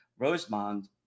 Rosemond